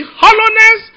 hollowness